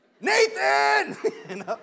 Nathan